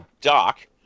dock